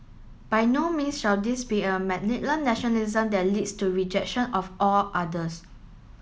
by no means shall this be a nationalism that leads to rejection of all others